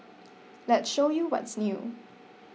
let's show you what's new